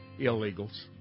illegals